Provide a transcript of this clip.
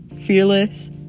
fearless